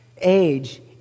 age